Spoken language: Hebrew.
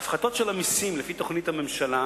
ההפחתות של המסים לפי תוכנית הממשלה